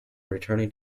returning